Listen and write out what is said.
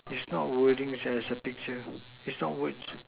is not wordings it's a picture it's not words